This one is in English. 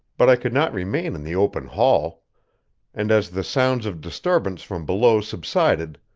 but i could not remain in the open hall and as the sounds of disturbance from below subsided,